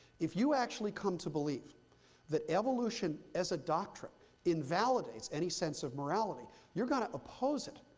if you actually come to believe that evolution as a doctrine invalidates any sense of morality, you're going to oppose it,